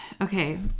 okay